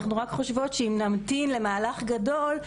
אנחנו רק חושבות שאם נמתין למהלך גדול,